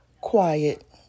quiet